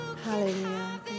hallelujah